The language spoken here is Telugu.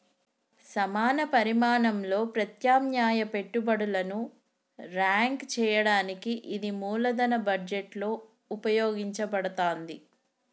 సమాన పరిమాణంలో ప్రత్యామ్నాయ పెట్టుబడులను ర్యాంక్ చేయడానికి ఇది మూలధన బడ్జెట్లో ఉపయోగించబడతాంది